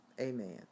Amen